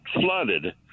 flooded